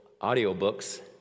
audiobooks